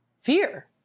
fear